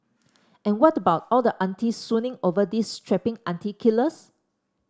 and what about all the aunties swooning over these strapping auntie killers